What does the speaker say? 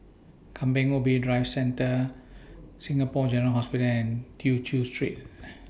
Kampong Ubi Driving Test Centre Singapore General Hospital and Tew Chew Street